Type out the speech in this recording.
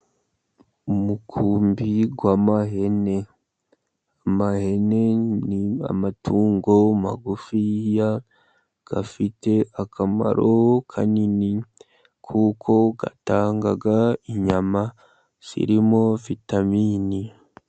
Umukumbi w'ihene, ihene ni amatungo magufiya, afite akamaro kanini, kuko atanga inyama zirimo vitaminini.